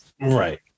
right